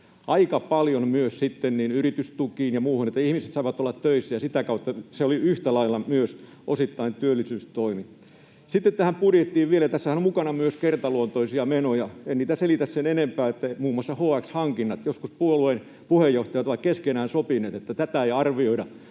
aika paljon sitten myös yritystukiin ja muuhun, niin että ihmiset saivat olla töissä, ja sitä kautta se oli yhtä lailla osittain myös työllisyystoimi. Sitten tähän budjettiin vielä. Tässähän on mukana myös kertaluontoisia menoja — en niitä selitä sen enempää — muun muassa HX-hankinnat. Joskus puolueiden puheenjohtajat ovat keskenään sopineet, että niitä ei arvioida